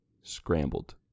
scrambled